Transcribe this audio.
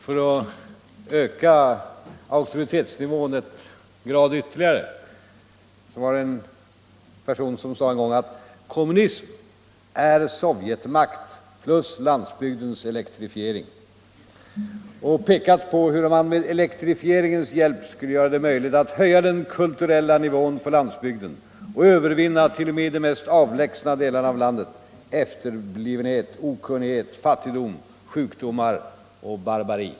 För att höja auktoritetsnivån en grad ytterligare vill jag påminna om att det var en person som sade en gång att kommunism är sovjetmakt plus landsbygdens elektrifiering. Han pekade på hur man med elektrifieringens hjälp skulle göra det möjligt att höja den kulturella nivån på landsbygden och övervinna, t.o.m. i de mest avlägsna delarna av landet, efterblivenhet, okunnighet, fattigdom, sjukdomar och barbari.